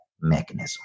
mechanism